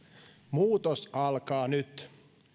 muutos alkaa nyt